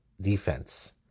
defense